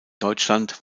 deutschland